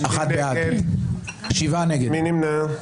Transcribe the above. מי נמנע?